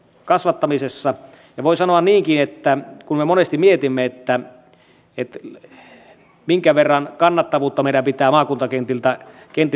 kasvattamisessa ja voi sanoa niinkin että kun me monesti mietimme minkä verran kannattavuutta meillä pitää maakuntakentiltä